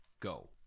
go